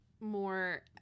more